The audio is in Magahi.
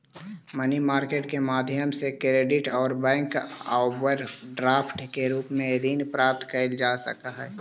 मनी मार्केट के माध्यम से क्रेडिट और बैंक ओवरड्राफ्ट के रूप में ऋण प्राप्त कैल जा सकऽ हई